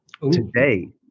today